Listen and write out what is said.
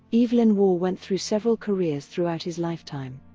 evelyn waugh went through several careers throughout his lifetime.